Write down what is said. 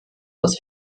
das